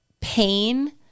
pain